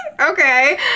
Okay